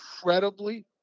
incredibly